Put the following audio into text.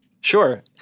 Sure